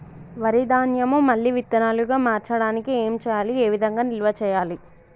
వరి ధాన్యము మళ్ళీ విత్తనాలు గా మార్చడానికి ఏం చేయాలి ఏ విధంగా నిల్వ చేయాలి?